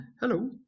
Hello